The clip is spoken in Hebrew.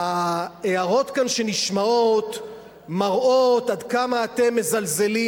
ההערות שנשמעות כאן מראות עד כמה אתם מזלזלים